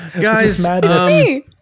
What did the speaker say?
Guys